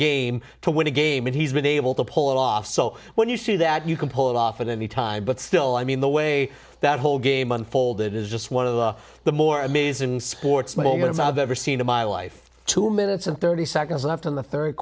game to win a game and he's been able to pull it off so when you see that you can pull it off at any time but still i mean the way that whole game unfolded is just one of the the more amazing sports moment i've ever seen in my life two minutes and thirty seconds left in the third